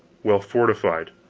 well fortified,